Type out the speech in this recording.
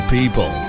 People